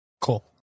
Cool